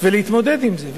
ולהתמודד עם זה.